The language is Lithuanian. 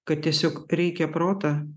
kad tiesiog reikia protą